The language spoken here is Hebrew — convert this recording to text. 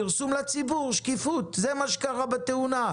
פרסום לציבור, שקיפות: זה מה שקרה בתאונה.